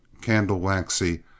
candle-waxy